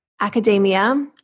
academia